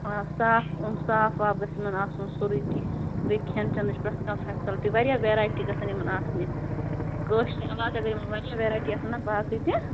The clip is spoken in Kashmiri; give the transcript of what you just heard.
اَوا صاف صاف واف گژھِ یِمَن آسُن سورُے کیٚنٛہہ بیٚیہِ کھٮ۪ن چٮ۪نٕچ پرٛتھ کانٛہہ فیسَلٹی واریاہ ویرایٹی گژھَن یِمَن آسنہِ کٲشرِ علاوٕ تہِ اگر یِمَن واریاہ ویرَایٹی آسان نا باقٕے تہِ